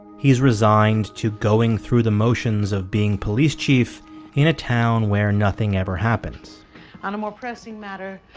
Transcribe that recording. he's resigned to going through the motions of being police chief in a town where nothing ever happens on a more pressing matter,